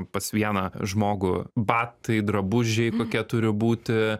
pas vieną žmogų batai drabužiai kokie turi būti